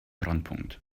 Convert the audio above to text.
brennpunkt